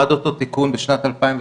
עד אותו תיקון בשנת 2018,